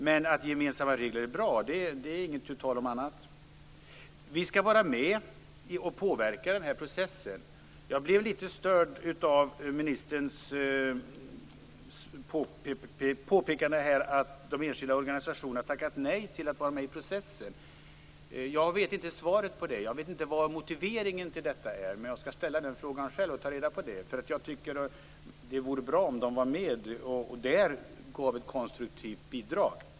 Men det är inte tu tal om annat än att det är bra med gemensamma regler. Vi skall vara med och påverka den här processen. Jag blev litet störd av ministerns påpekande om att de enskilda organisationerna har tackat nej till att vara med i processen. Jag vet inte vad motivet till detta är, men jag skall själv ta reda på det. Det vore bra om de var med och gav ett konstruktivt bidrag.